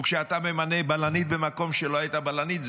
וכשאתה ממנה בלנית במקום שלא הייתה בו בלנית,